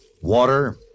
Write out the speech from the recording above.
Water